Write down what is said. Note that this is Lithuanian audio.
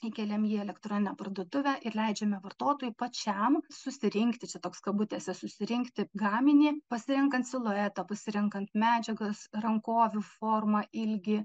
įkeliam jį į elektroninę parduotuvę ir leidžiame vartotojui pačiam susirinkti čia toks kabutėse susirinkti gaminį pasirenkant siluetą pasirenkant medžiagas rankovių formą ilgį